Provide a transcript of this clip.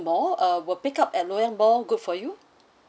mall uh will pick up at loyang mall good for you